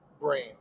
brain